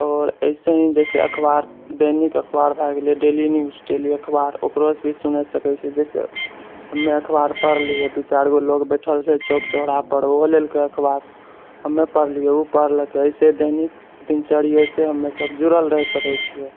आओर ऐसे ही जैसे अखबार दैनिक अखबार भए गेले डेली न्यूज दैनिक अखबार ओकरोसँ भी सुनि सकै छी जाहिसँ हम्मे अखबार पढ़लियै दू चारि गो लोक बैठल छै चौक चौराहा पर ओहो लेलकै अखबार हम्मे पढ़लियै ओहो पढ़लकै ऐसे दैनिक दिनचर्येसँ हमसभ जुड़ल रहि सकै छियै